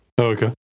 Okay